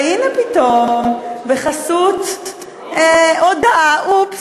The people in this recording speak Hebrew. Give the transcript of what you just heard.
והנה פתאום, בחסות הודעה, אופס.